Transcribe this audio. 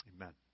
amen